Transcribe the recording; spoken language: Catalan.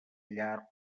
llar